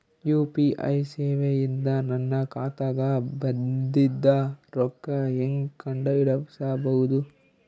UPI ಸೇವೆ ಇಂದ ನನ್ನ ಖಾತಾಗ ಬಂದಿದ್ದ ರೊಕ್ಕ ಹೆಂಗ್ ಕಂಡ ಹಿಡಿಸಬಹುದು?